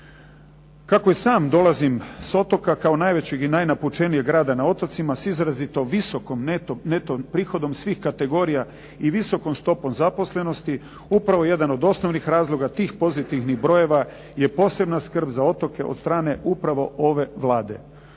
Kako i sam dolazim s otoka kao najvećeg i najvećeg napučenijeg grada na otocima s izrazito visokim neto prihodom svih kategorija i visokom stopom zaposlenosti upravo jedan od osnovnih razloga tih pozitivnih brojeva je posebna skrb za otoke od strane upravo ove Vlade.